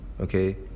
Okay